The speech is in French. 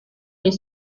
les